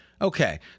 Okay